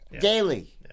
Daily